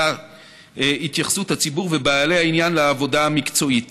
הצוות מתעתד לסיים את העבודה המקצועית